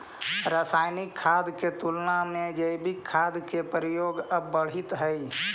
रासायनिक खाद के तुलना में जैविक खाद के प्रयोग अब बढ़ित हई